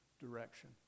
direction